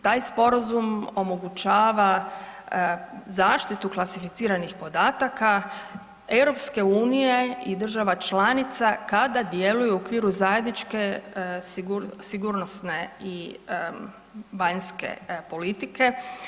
Taj sporazum omogućava zaštitu klasificiranih podataka EU i država članica kada djeluju u okviru zajedničke sigurnosne i vanjske politike.